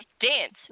Dance